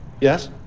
Yes